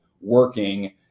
working